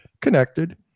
connected